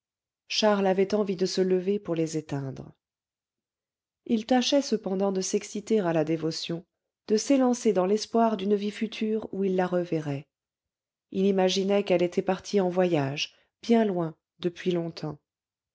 charles avait envie de se lever pour les éteindre il tâchait cependant de s'exciter à la dévotion de s'élancer dans l'espoir d'une vie future où il la reverrait il imaginait qu'elle était partie en voyage bien loin depuis longtemps